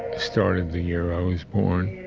ah started the year i was born